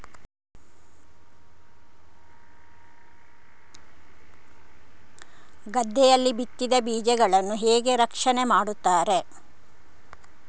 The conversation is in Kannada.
ಗದ್ದೆಯಲ್ಲಿ ಬಿತ್ತಿದ ಬೀಜಗಳನ್ನು ಹೇಗೆ ರಕ್ಷಣೆ ಮಾಡುತ್ತಾರೆ?